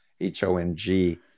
H-O-N-G